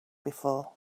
before